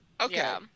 Okay